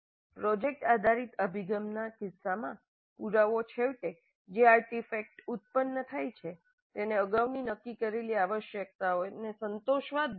project આધારિત અભિગમના કિસ્સામાં પુરાવો છેવટે જે આર્ટિફેક્ટ ઉત્પન્ન થાય છે તેને અગાઉની નક્કી કરેલી આવશ્યકતાઓને સંતોષવો જ જોઇએ